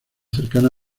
cercana